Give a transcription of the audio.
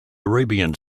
arabian